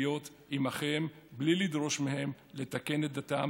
עם אחיהם בלי לדרוש מהם 'לתקן' את דתם.